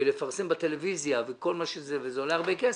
ולפרסם בטלוויזיה, שזה עולה הרבה כסף,